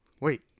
wait